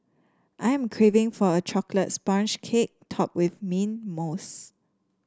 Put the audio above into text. I am craving for a chocolate sponge cake topped with mint mousse